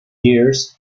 years